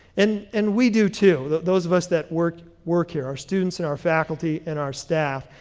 and and we do too. those of us that work work here. our students and our faculty and our staff,